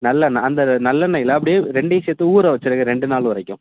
நல்லெண்ணெய் அந்த ர நல்லெண்ணெய்ல அப்படியே ரெண்டையும் சேர்த்து ஊற வச்சிருங்க ரெண்டு நாள் வரைக்கும்